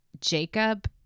Jacob